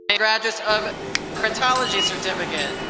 graduates of thanatology certificate.